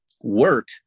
work